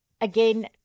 again